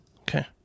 Okay